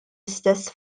istess